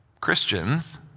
Christians